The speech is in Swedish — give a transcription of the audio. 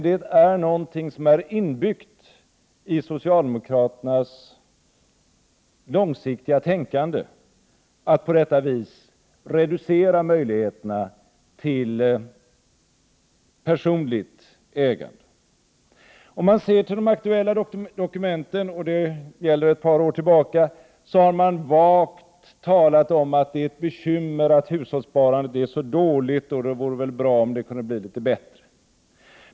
Det är något som är inbyggt i socialdemokraternas långsiktiga tänkande att på detta vis reducera möjligheterna till personligt ägande. Om man ser till de aktuella dokumenten ett par år tillbaka, har man vagt talat om att det är ett bekymmer att hushållssparandet är så dåligt och att det vore bra om det kunde bli litet bättre.